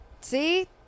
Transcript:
See